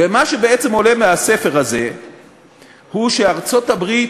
ומה שבעצם עולה מהספר הזה הוא שארצות-הברית,